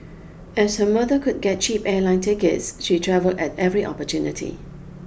as her mother could get cheap airline tickets she travel at every opportunity